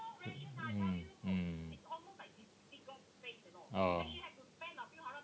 mm mm oh